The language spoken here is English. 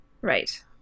Right